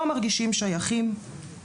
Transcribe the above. לא מרגישים שייכים?